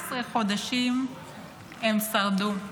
11 חודשים הם שרדו.